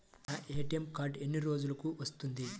నా ATM card ఎన్ని రోజులకు వస్తుంది?